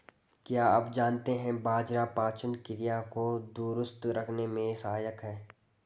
क्या आप जानते है बाजरा पाचन क्रिया को दुरुस्त रखने में सहायक हैं?